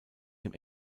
dem